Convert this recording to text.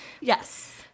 Yes